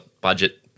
budget